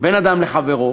בין אדם לחברו,